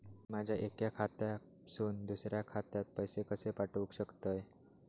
मी माझ्या एक्या खात्यासून दुसऱ्या खात्यात पैसे कशे पाठउक शकतय?